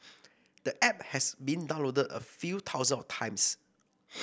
the app has been downloaded a few thousands of times